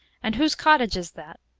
and whose cottage is that?